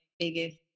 Biggest